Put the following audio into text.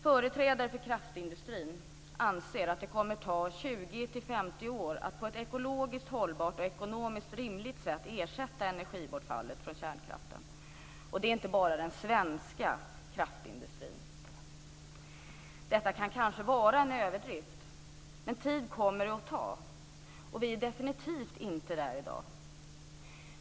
Företrädare för kraftindustrin anser att det kommer att ta 20-50 år att på ett ekologiskt hållbart och ekonomiskt rimligt sätt ersätta energibortfallet av kärnkraften, och det gäller inte bara den svenska kraftindustrin. Detta kan kanske vara en överdrift, men det kommer att ta tid, och där är vi definitivt inte i dag.